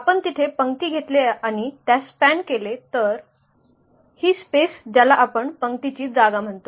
आपण तिथे पंक्ती घेतल्या आणि त्यास स्पॅन केले तर ही स्पेस ज्याला आपण पंक्तीची जागा म्हणतो